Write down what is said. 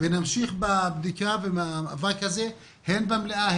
ונמשיך בבדיקה ובמאבק הזה הן במליאה,